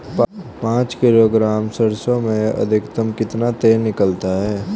पाँच किलोग्राम सरसों में अधिकतम कितना तेल निकलता है?